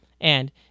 And